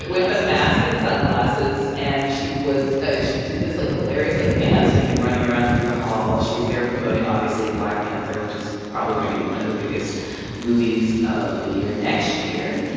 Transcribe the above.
with a mask and sunglasses and she was she did this, like, hilarious, like, dancing and running around through the hall. she's there promoting obviously, black panther, which is probably going to be one of the biggest movies of the year next year.